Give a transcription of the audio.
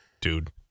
Dude